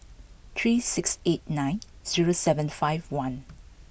three six eight nine zero seven five one